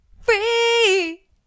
free